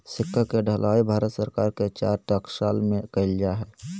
सिक्का के ढलाई भारत सरकार के चार टकसाल में कइल जा हइ